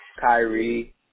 Kyrie